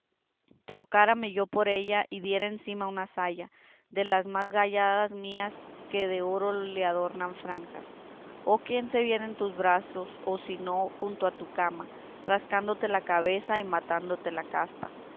trocáreme yo por ella y diera encima una saya de las más gayadas mías que de oro le adornan franjas oh quién se viera en tus brazos o si no junto a tu cama rascándote la cabeza y matándote la caspa